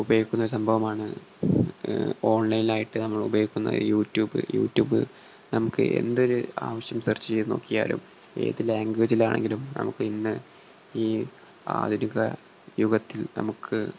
ഉപയോഗിക്കുന്ന സംഭവമാണ് ഓൺലൈനായിട്ട് നമ്മൾ ഉപയോഗിക്കുന്ന യൂട്യൂബ് യൂട്യൂബ് നമുക്ക് എന്തൊരു ആവശ്യം സർച്ച് ചെയ്തു നോക്കിയാലും ഏത് ലാംഗ്വേജിലാണെങ്കിലും നമുക്ക് ഇന്ന് ഈ ആധുനിക യുഗത്തിൽ നമുക്ക്